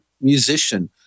musician